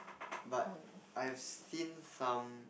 but I've seen some